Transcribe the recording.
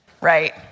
Right